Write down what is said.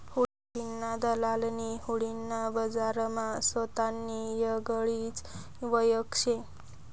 हुंडीना दलालनी हुंडी ना बजारमा सोतानी येगळीच वयख शे